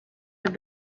have